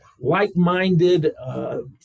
like-minded